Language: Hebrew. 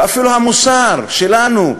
ואפילו המוסר שלנו,